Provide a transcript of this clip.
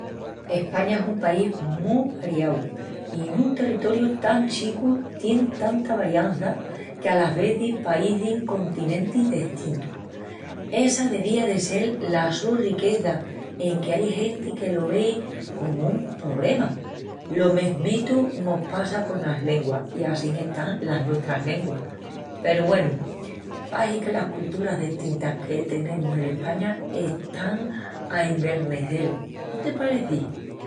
España es un país mu variau i nun terretoriu tan chicu tien tanta variança que alas vezis paicin continentis destintus. Essa devía de sel la su riqueza enque ai genti que lo vei comu un pobrema. Lo mesmitu mos passa conas lenguas i assín están las nuestras lenguas. Peru, güenu, pahi que las colturas destintas que tenemus en España están a envernecel, no te pareci?